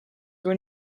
were